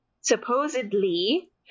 supposedly